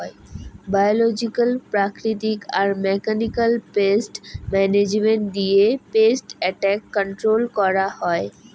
biological প্রাকৃতিক আর মেকানিক্যালয় পেস্ট মানাজমেন্ট দিয়ে পেস্ট এট্যাক কন্ট্রল করাঙ হউ